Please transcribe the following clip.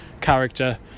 character